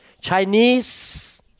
Chinese